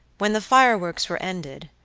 when the fireworks were ended,